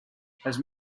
has